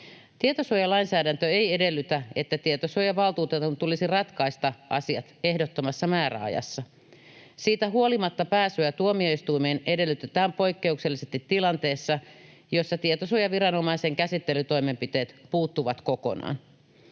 Tietosuojalainsäädäntö ei edellytä, että tietosuojavaltuutetun tulisi ratkaista asiat ehdottomassa määräajassa. Siitä huolimatta pääsyä tuomioistuimeen edellytetään poikkeuksellisesti tilanteessa, jossa tietosuojaviranomaisen käsittelytoimenpiteet puuttuvat kokonaan.